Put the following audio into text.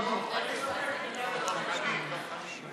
דב חנין, דב חנין.